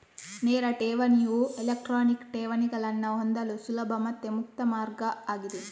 ನೇರ ಠೇವಣಿಯು ಎಲೆಕ್ಟ್ರಾನಿಕ್ ಠೇವಣಿಗಳನ್ನ ಹೊಂದಲು ಸುಲಭ ಮತ್ತೆ ಮುಕ್ತ ಮಾರ್ಗ ಆಗಿದೆ